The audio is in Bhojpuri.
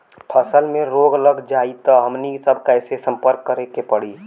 फसल में रोग लग जाई त हमनी सब कैसे संपर्क करें के पड़ी?